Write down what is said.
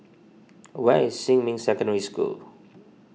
where is Xinmin Secondary School